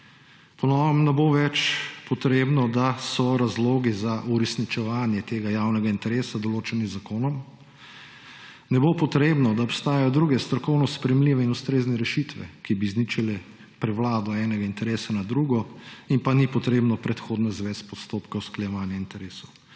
Po novem ne bo več potrebno, da so razlogi za uresničevanje tega javnega interesa določeni z zakonom, ne bom potrebno, da obstajajo druge strokovno sprejemljive in ustrezne rešitve, ki bi izničile prevlado enega interesa nad drugim in pa ni potrebno predhodno izvesti postopka usklajevanje interesov.